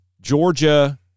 Georgia